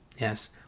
yes